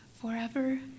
forever